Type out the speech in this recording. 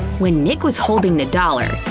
when nick was holding the dollar,